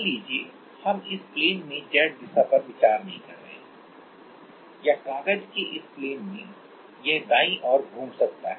मान लीजिए हम इस प्लेन में Z दिशा पर विचार नहीं कर रहे हैं या कागज के इस प्लेन में यह दाईं ओर घूम सकता है